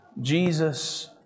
Jesus